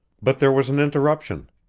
but there was an interruption.